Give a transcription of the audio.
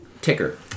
ticker